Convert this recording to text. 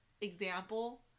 example